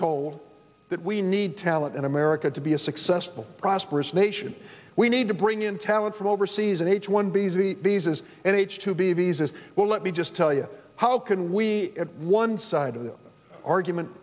told that we need talent in america to be a successful prosperous nation we need to bring in talent from overseas an h one b z visa is an h two b visas well let me just tell you how can we add one side of the argument